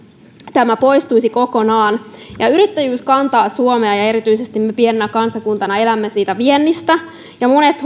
tämä poistuisi kokonaan yrittäjyys kantaa suomea ja pienenä kansakunta me elämme erityisesti viennistä monet